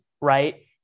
right